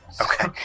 Okay